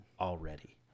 already